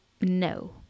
No